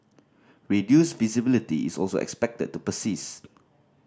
reduced visibility is also expected to persist